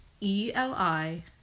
E-L-I